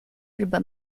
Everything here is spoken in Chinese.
日本